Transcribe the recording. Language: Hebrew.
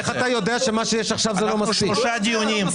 כבר קיימנו שלושה דיונים.